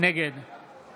נגד